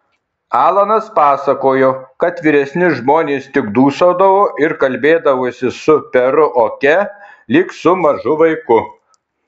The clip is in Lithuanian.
alanas pasakojo kad vyresni žmonės tik dūsaudavo ir kalbėdavosi su peru oke lyg su mažu vaiku